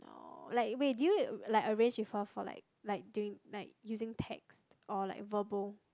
like wait did you like arrange with her for like like during like using text or like verbal